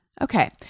Okay